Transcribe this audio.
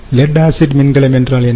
let acid மின்கலம் என்றால் என்ன